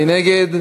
מי נגד?